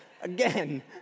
Again